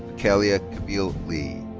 mikayla camille lee.